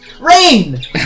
RAIN